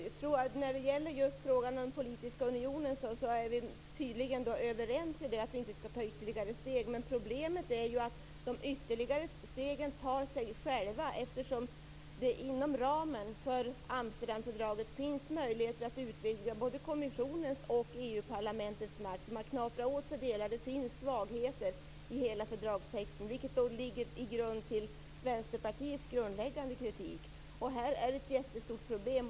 Herr talman! När det gäller just frågan om den politiska unionen är vi tydligen överens om att vi inte skall ta ytterligare steg. Problemet är att de ytterligare stegen tas av sig självt, eftersom det inom ramen för Amsterdamfördraget finns möjligheter att utvidga både kommissionens och EU-parlamentets makt. De har knaprat åt sig delar. Det finns svagheter i hela fördragstexten. Det är det som Vänsterpartiets grundläggande kritik riktar sig mot. Det här är ett jättestort problem.